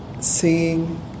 seeing